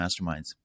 Masterminds